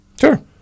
Sure